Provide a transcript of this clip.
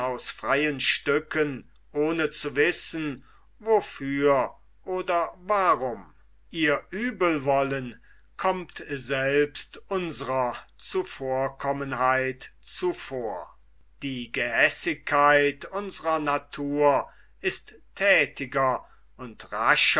freien stücken ohne zu wissen wofür oder warum ihr uebelwollen kommt selbst unsrer zuvorkommenheit zuvor die gehässigkeit unsrer natur ist thätiger und